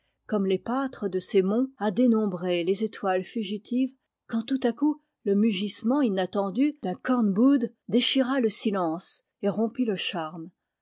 comme les pâtres de ces monts à dénombrer les étoiles fugitives quand tout à coup le mugissement inattendu d'un corn boud déchira le silence et rompit le charme